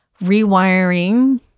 rewiring